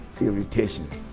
irritations